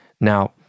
Now